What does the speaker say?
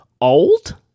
old